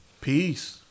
Peace